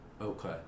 Okay